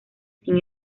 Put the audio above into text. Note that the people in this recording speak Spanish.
sin